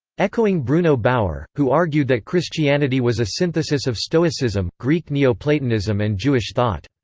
echoing bruno bauer, who argued that christianity was a synthesis of stoicism, greek neoplatonism and jewish thought.